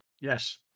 Yes